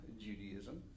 Judaism